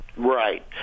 Right